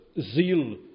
zeal